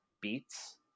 beats